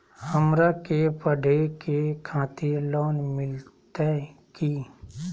हमरा के पढ़े के खातिर लोन मिलते की?